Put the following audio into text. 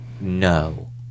no